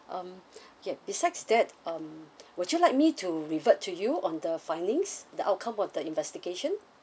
um yup okay besides that um would you like me to revert to you on the findings the outcome of the investigation